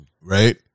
Right